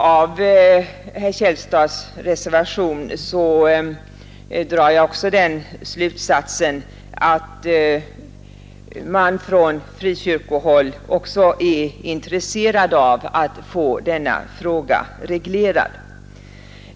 Av denna drar jag också den slutsatsen att man från frikyrkohåll är intresserad av att få frågan reglerad.